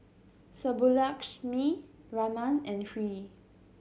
Subbulakshmi Raman and Hri